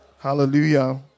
Hallelujah